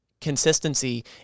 consistency